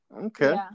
Okay